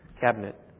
cabinet